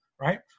right